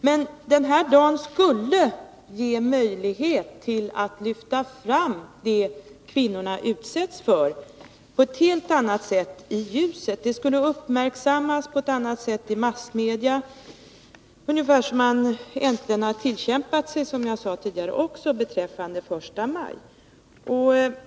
Men den här dagen skulle ge möjlighet att på ett helt annat sätt i ljuset lyfta fram det kvinnorna utsätts för. Det skulle uppmärksammas på ett annat sätt i massmedia, på samma sätt som sker den 1 maj.